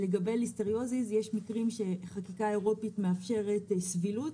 לגבי ליסטריוזיס יש מקרים שחקיקה אירופית מאפשרת סבילות,